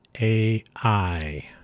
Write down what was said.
AI